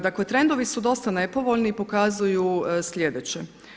Dakle trendovi su dosta nepovoljni i pokazuju sljedeće.